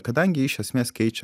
kadangi ji iš esmės keičia